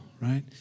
right